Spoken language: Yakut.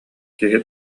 киһи